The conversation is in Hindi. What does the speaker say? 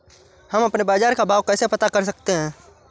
हम अपने बाजार का भाव कैसे पता कर सकते है?